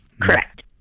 Correct